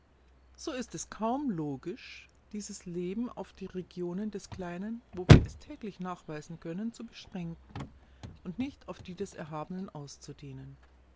so ist es kaum logisch dieses leben auf die regionen des kleinen wo wir es täglich nachweisen können zu beschränken und nicht auf die des erhabenen auszudehnen